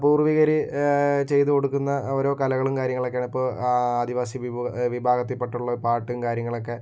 പൂർവ്വികര് ചെയ്തു കൊടുക്കുന്ന ഓരോ കലകളും കാര്യങ്ങളൊക്കെ ആണ് അപ്പോൾ ആദിവാസി വിഭാ വിഭാഗത്തിൽ പെട്ടിട്ടുള്ള പാട്ടും കാര്യങ്ങളൊക്കെ